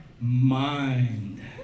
mind